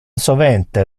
sovente